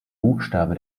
buchstabe